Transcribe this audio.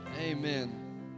Amen